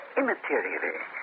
immaterially